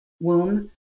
womb